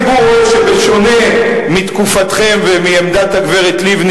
הציבור רואה שבשונה מתקופתכם ומעמדת הגברת לבני,